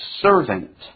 servant